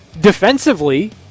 Defensively